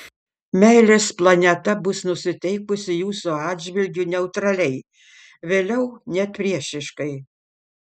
meilės planeta bus nusiteikusi jūsų atžvilgiu neutraliai vėliau net priešiškai